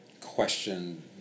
question